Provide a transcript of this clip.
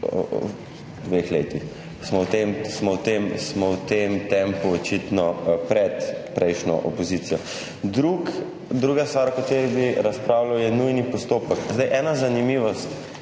v tem, smo v tem tempu očitno pred prejšnjo opozicijo. Druga stvar, o kateri bi razpravljal, je nujni postopek. Zdaj ena zanimivost.